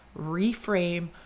reframe